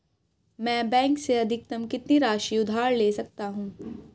मैं बैंक से अधिकतम कितनी राशि उधार ले सकता हूँ?